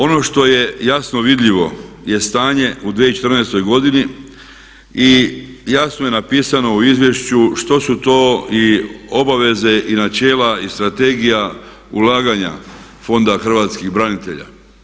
Ono što je jasno vidljivo, je stanje u 2014. godini i jasno je napisano u izvješću što su to i obaveze i načela i strategija ulaganja Fonda hrvatskih branitelja.